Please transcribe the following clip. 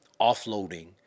offloading